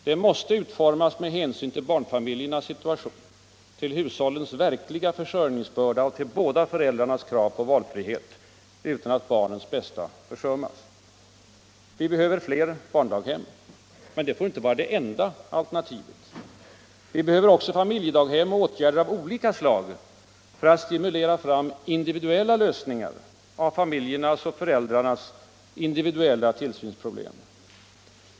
Det måste utformas med hänsyn till barnfamiljernas situation, till hushållens verkliga försörjningsbörda och till båda föräldrarnas krav på valfrihet utan att barnens bästa försummas. Fler barndaghem behövs. Men det får inte vara det enda alternativet. Vi behöver familjedaghem och åtgärder av olika slag för att stimulera individuella lösningar av familjernas och föräldrarnas individuella tillsynsproblem.